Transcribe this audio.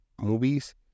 movies